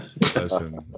Listen